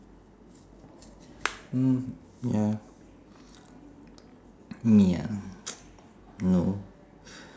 mm ya ya no